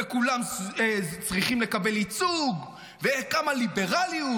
וכולם צריכים לקבל ייצוג, וכמה ליברליות.